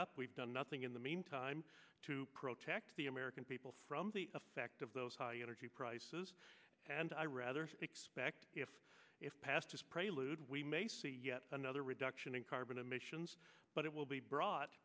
up we've done nothing in the meantime to protect the american people from the effect of those high energy prices and i rather expect if if past is prelude we may see yet another reduction in carbon emissions but it will be brought